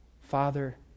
Father